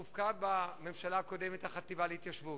הופקדה בממשלה הקודמת החטיבה להתיישבות.